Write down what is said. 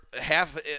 half